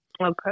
Okay